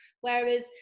Whereas